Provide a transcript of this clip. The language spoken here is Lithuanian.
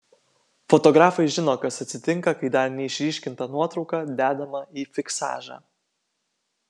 fotografai žino kas atsitinka kai dar neišryškinta nuotrauka dedama į fiksažą